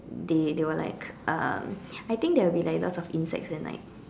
they they were like uh I think there will be a lot insects and like